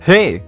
Hey